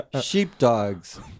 sheepdogs